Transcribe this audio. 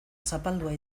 zapaldua